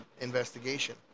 investigation